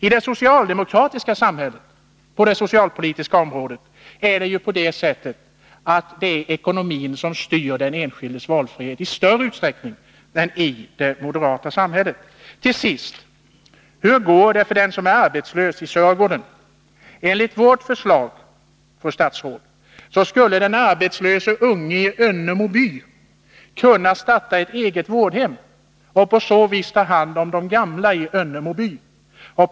I det socialdemokratiska samhället är det ju på det socialpolitiska området så, att ekonomin bestämmer den enskildes valfrihet i större utsträckning än i det moderata samhället. Till sist, hur går det för den som är arbetslös i Sörgården? Enligt vårt förslag, fru statsråd, skulle den arbetslöse unge i Önnemo by kunna starta ett eget vårdhem och på så vis ta hand om de gamla i Önnemo by.